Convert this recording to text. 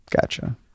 Gotcha